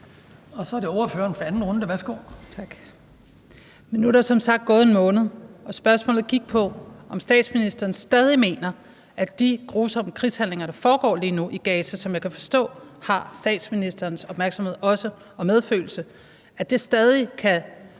Værsgo. Kl. 14:32 Franciska Rosenkilde (ALT): Tak. Men nu er der som sagt gået 1 måned, og spørgsmålet gik på, om statsministeren stadig mener, at de grusomme krigshandlinger, som foregår lige nu i Gaza, og som jeg kan forstå har statsministerens opmærksomhed og medfølelse, stadig kan